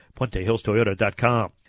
puentehillstoyota.com